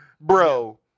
Bro